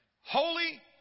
Holy